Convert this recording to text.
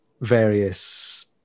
various